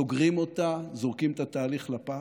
וסוגרים אותה, זורקים את התהליך לפח,